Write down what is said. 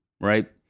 right